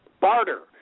barter